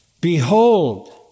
Behold